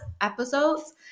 episodes